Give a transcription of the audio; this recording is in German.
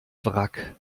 wrack